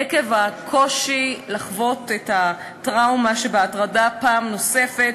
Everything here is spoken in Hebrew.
עקב הקושי לחוות את הטראומה שבהטרדה פעם נוספת,